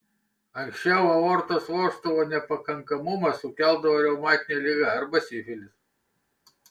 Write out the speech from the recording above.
anksčiau aortos vožtuvo nepakankamumą sukeldavo reumatinė liga arba sifilis